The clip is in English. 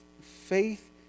faith